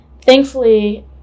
thankfully